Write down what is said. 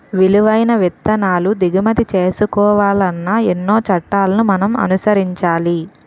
విలువైన విత్తనాలు దిగుమతి చేసుకోవాలన్నా ఎన్నో చట్టాలను మనం అనుసరించాలి